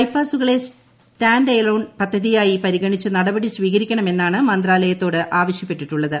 ബൈപാസുകളെ stand alone പദ്ധതിയായി പരിഗണിച്ച് നടപടി സ്വീകരിക്കണമെന്നാണ് മന്ത്രാലയത്തോട് ആവശ്യപ്പെട്ടിട്ടുള്ളത്